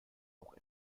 auch